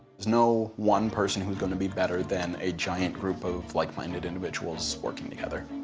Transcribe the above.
there's no one person who's gonna be better than a giant group of like-minded individuals working together.